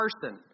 person